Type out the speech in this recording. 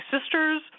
sisters